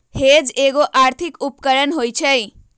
hedge एगो आर्थिक उपकरण होइ छइ